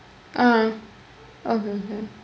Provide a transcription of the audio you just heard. ah okay okay